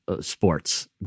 sports